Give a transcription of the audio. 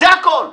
זה הכול.